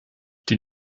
die